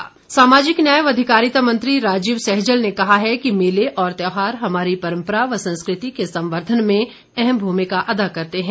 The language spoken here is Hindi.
सैजल सामाजिक न्याय व अधिकारिता मंत्री राजीव सैजल ने कहा है कि मेले और त्यौहार हमारी परम्परा व संस्कृति के संवर्धन में अहम भूमिका अदा करते हैं